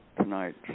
tonight